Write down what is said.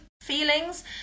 feelings